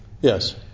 Yes